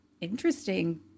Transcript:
interesting